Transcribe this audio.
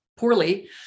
poorly